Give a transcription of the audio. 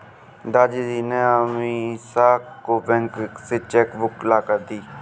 दादाजी ने अमीषा को बैंक से चेक बुक लाकर दी